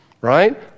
right